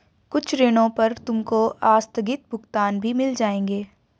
कुछ ऋणों पर तुमको आस्थगित भुगतान भी मिल जाएंगे